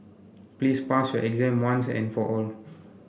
please pass your exam once and for all